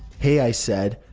hey, i said.